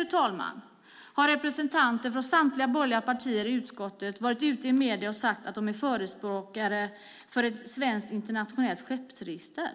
I stället har representanter från samtliga borgerliga partier i utskottet sagt i medierna att de förespråkar ett svenskt internationellt skeppsregister.